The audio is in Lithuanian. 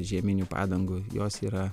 žieminių padangų jos yra